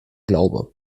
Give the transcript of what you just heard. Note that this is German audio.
glaube